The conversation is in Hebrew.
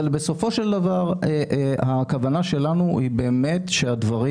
בסופו של דבר הכוונה שלנו היא באמת שהדברים